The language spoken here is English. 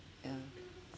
yeah